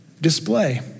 display